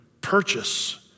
purchase